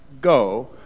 go